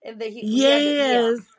yes